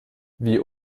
wie